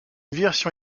version